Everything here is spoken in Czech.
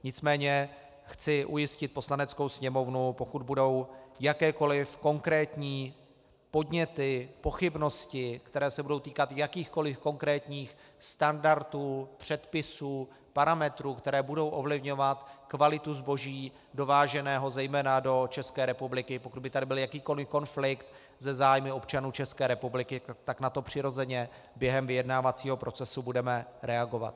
Nicméně chci ujistit Poslaneckou sněmovnu, pokud budou jakékoliv konkrétní podněty, pochybnosti, které se budou týkat jakýchkoliv konkrétních standardů, předpisů, parametrů, které budou ovlivňovat kvalitu zboží dováženého zejména do ČR, pokud by tady byl jakýkoliv konflikt se zájmy občanů ČR, tak na to přirozeně během vyjednávacího procesu budeme reagovat.